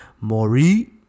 Maury